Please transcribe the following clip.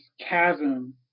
chasm